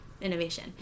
innovation